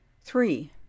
Three